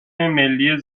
ملی